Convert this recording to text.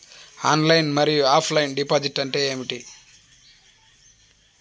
Online మరియు offline deposit అంటే ఏమిటి?